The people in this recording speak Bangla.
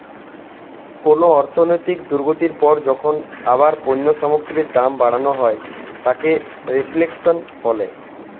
কোনো অর্থনৈতিক দুর্গতির পর যখন আবার পণ্য সামগ্রীর দাম বাড়ানো হয় তাকে রিফ্লেশন বলে